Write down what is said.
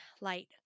light